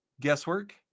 Guesswork